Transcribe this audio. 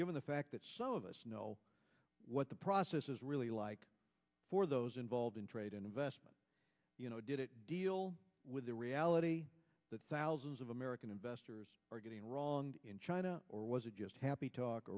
given the fact that some of us know what the process is really like for those involved in trade and investment you know did it deal with the reality that thousands of american investors were getting wronged in china or was it just happy talk